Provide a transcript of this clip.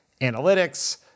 analytics